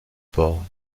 port